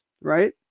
right